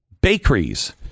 bakeries